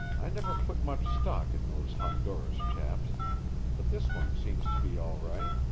i never put much stock in those honduras chaps but this one seems to be all right.